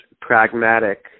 pragmatic